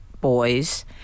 boys